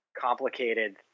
complicated